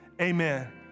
Amen